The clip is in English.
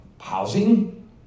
housing